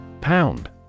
Pound